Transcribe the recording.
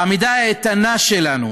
העמידה האיתנה שלנו